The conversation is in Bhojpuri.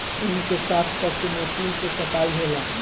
ऊँन के साफ क के मशीन से कताई होला